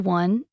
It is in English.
one